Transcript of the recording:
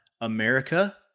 America